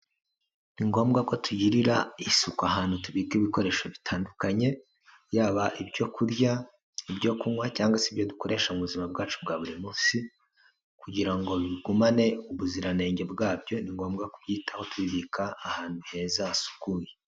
Ni ngombwa ko tugirira isuku ahantu tubika ibikoresho bitandukanye, yaba ibyo kurya, ibyo kunywa, cyangwa se ibyo dukoresha mu buzima bwacu bwa buri munsi, kugira ngo bigumane ubuziranenge bwabyo, ni ngombwa kubyitaho tubibika ahantu heza hasukuye.